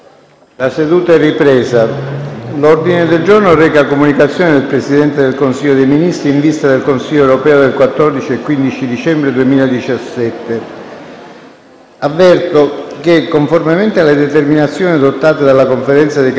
Avverto che, conformemente alle determinazioni adottate dalla Conferenza dei Capigruppo di martedì 5 dicembre 2017, dopo le comunicazioni si passerà direttamente alle dichiarazioni di voto sulle proposte di risoluzione presentate.